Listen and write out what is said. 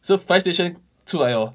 so fire station 出来 orh